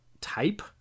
type